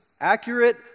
accurate